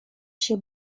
się